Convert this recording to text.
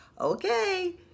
Okay